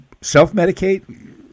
self-medicate